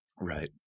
Right